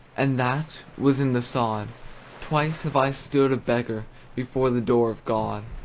and that was in the sod twice have i stood a beggar before the door of god!